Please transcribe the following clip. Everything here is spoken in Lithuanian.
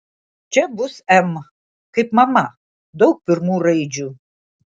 čia bus m kaip mama daug pirmų raidžių